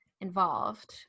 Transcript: involved